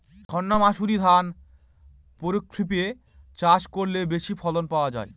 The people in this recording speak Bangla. সর্ণমাসুরি ধান প্রক্ষরিপে চাষ করলে বেশি ফলন পাওয়া যায়?